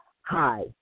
Hi